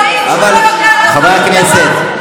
היא לא רוצה תשובה.